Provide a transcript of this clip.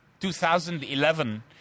2011